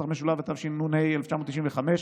התשנ"ה 1995,